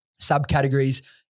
subcategories